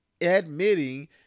admitting